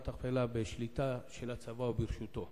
המכפלה הוא בשליטה של הצבא וברשותו,